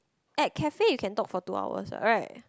at cafe you can talk for two hours what right